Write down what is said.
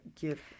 give